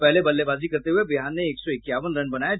पहले बल्लेबाजी करते हुए बिहार ने एक सौ इक्यावन रन बनाये